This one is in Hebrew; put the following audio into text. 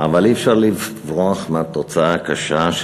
אבל אי-אפשר לברוח מהתוצאה הקשה של